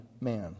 man